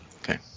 Okay